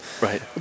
right